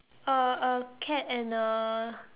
a a cat and a